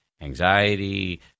anxiety